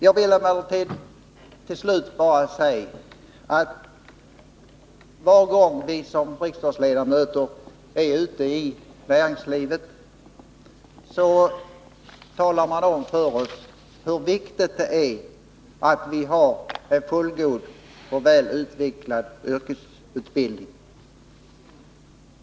Jag vill emellertid till slut bara säga att var gång vi riksdagsledamöter är ute i näringslivet talar man om för oss hur viktigt det är med en fullgod och väl utvecklad yrkesutbildning.